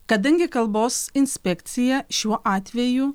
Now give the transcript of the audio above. kadangi kalbos inspekcija šiuo atveju